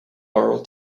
oral